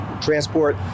transport